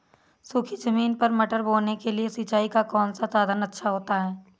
सूखी ज़मीन पर मटर बोने के लिए सिंचाई का कौन सा साधन अच्छा होता है?